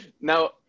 Now